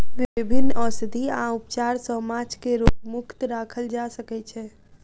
विभिन्न औषधि आ उपचार सॅ माँछ के रोग मुक्त राखल जा सकै छै